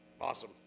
awesome